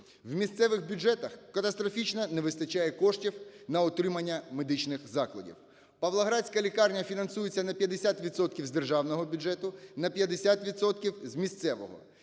В місцевих бюджетах катастрофічно не вистачає коштів на утримання медичних закладів. Павлоградська лікарня фінансується на 50 відсотків з державного бюджету, на 50 відсотків